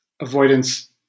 avoidance